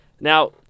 Now